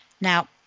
Now